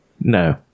No